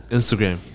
Instagram